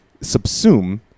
subsume